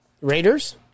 Raiders